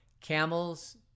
camels